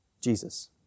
Jesus